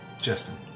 Justin